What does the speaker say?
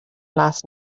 last